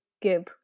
give